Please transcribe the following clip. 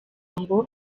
ngo